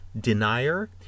Denier